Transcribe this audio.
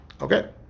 Okay